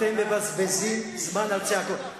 אתם מבזבזים זמן על צעקות.